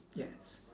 yes